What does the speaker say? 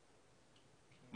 שהבעיה המרכזית,